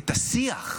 את השיח.